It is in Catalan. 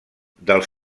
dels